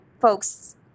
folks